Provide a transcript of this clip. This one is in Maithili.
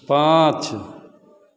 पाँच